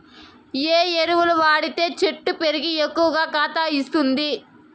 ఏ ఎరువులు వాడితే చెట్టు పెరిగి ఎక్కువగా కాత ఇస్తుంది?